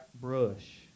brush